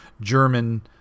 German